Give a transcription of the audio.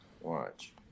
Watch